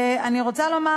אני רוצה לומר,